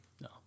No